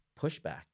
pushback